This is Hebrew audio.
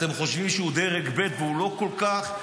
אתם חושבים שהוא דרג ב' והוא לא כל כך,